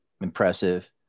impressive